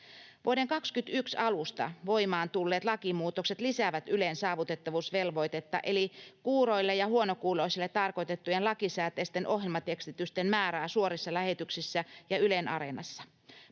Vuoden 21 alusta voimaan tulleet lakimuutokset lisäävät Ylen saavutettavuusvelvoitetta, eli kuuroille ja huonokuuloisille tarkoitettujen lakisääteisten ohjelmatekstitysten määrää suorissa lähetyksissä ja Ylen Areenassa.